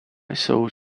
jsou